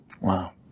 Wow